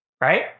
Right